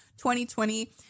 2020